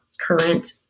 current